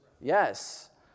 Yes